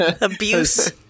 Abuse